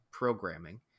Programming